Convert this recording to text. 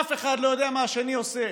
אף אחד לא יודע מה השני עושה,